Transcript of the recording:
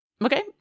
Okay